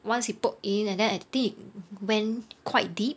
once he poked in and then I think it went quite deep